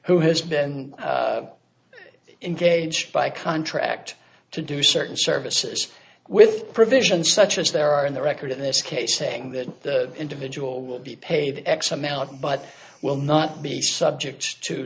who has been engaged by contract to do certain services with provisions such as there are in the record in this case saying that the individual will be paid x amount but will not be subject to